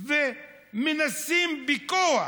ומנסים בכוח,